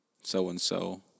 so-and-so